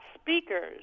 speakers